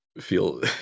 feel